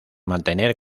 mantener